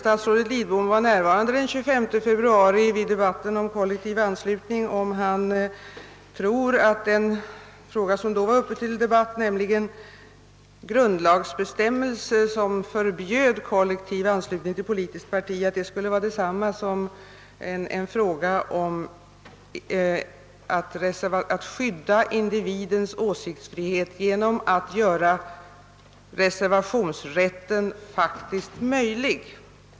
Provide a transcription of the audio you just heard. Statsrådet Lidbom var nog inte närvarande den 25 februari vid debatten om kollektiv anslutning, om han tror att den fråga som då var uppe till debatt, nämligen grundlagsbestämmelser som förbjöd anslutning till ett politiskt parti, skulle vara detsamma som en fråga om att skydda individens åsiktsfrihet genom att göra det faktiskt möjligt att utnyttja reservationsrätten.